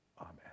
amen